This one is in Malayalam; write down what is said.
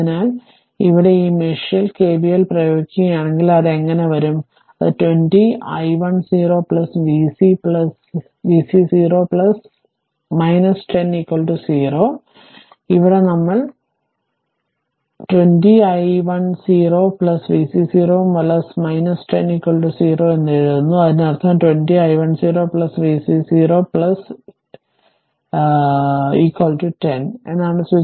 അതിനാൽ ഇവിടെ ഈ മെഷിൽ കെവിഎൽ പ്രയോഗിക്കുകയാണെങ്കിൽ അത് എങ്ങനെയിരിക്കും അത് 20 i 1 0 vc 0 10 0 ആയിരിക്കും ഇവിടെ ഞങ്ങൾ 20 i 1 0 vc 0 10 0 എന്ന് എഴുതുന്നു അതിനർത്ഥം 20 i 1 0 vc 0 10 എന്നാണ്